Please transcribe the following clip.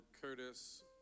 Curtis